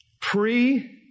Pre-